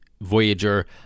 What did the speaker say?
Voyager